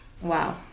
Wow